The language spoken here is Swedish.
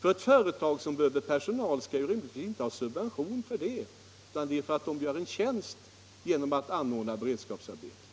Ett företag som behöver personal skall ju rimligen inte ha subventioner för det, utan det skall man ha för att man gör en tjänst genom att anordna beredskapsarbete.